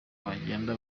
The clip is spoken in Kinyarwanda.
bagenda